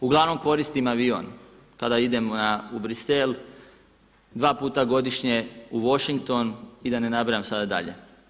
Uglavnom koristim avion kada idem u Brisel, dva puta godišnje u Washington i da ne nabrajam sada dalje.